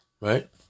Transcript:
right